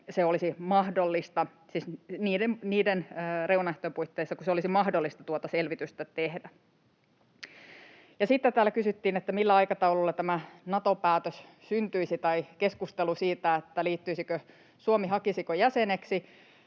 niiden reunaehtojen puitteissa kuin olisi mahdollista tuota selvitystä tehdä. Ja sitten täällä kysyttiin, millä aikataululla tämä Nato-päätös syntyisi, ja keskustelusta siitä, liittyisikö Suomi, hakisiko jäseneksi.